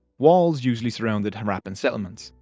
walls usually surrounded harappan settlements.